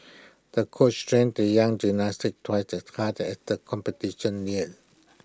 the coach trained the young gymnast twice as hard as the competition neared